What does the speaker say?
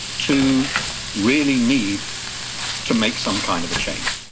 to really need to make some kind of a change.